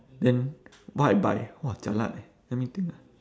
then why I buy !wah! jialat eh let me think ah